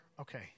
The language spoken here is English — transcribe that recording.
Okay